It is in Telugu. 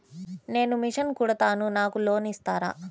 నేను మిషన్ కుడతాను నాకు లోన్ ఇస్తారా?